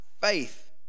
faith